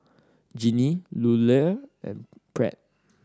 Genie Lula and Pratt